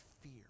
fear